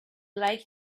like